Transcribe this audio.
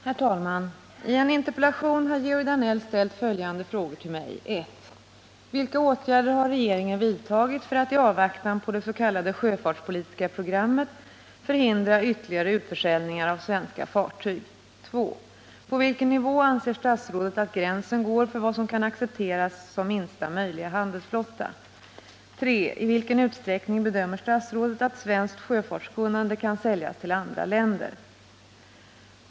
Herr talman! I en interpellation har Georg Danell ställt följande frågor till mig. 2. På vilken nivå anser statsrådet att gränsen går för vad som kan accepteras som minsta möjliga handelsflotta? 3. I vilken utsträckning bedömer statsrådet att svenskt sjöfartskunnande kan säljas till andra länder?